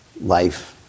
life